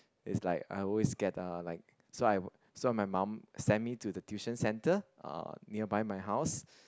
is like I always get uh like so I so my mum send me to the tuition centre uh nearby my house